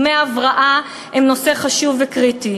דמי הבראה הם נושא חשוב וקריטי,